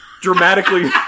dramatically